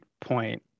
point